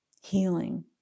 healing